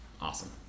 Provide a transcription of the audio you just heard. awesome